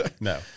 no